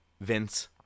Vince